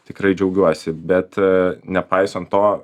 tikrai džiaugiuosi bet nepaisant to